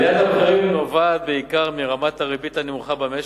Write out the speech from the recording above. עליית המחירים נובעת בעיקר מרמת הריבית הנמוכה במשק,